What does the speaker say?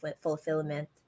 fulfillment